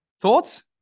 Thoughts